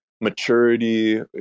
maturity